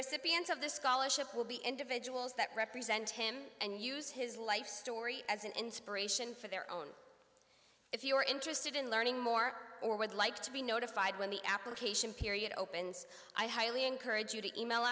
recipient of this scholarship will be individuals that represent him and use his life story as an inspiration for their own if you are interested in learning more or would like to be notified when the application period opens i highly encourage you to e mail